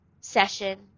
session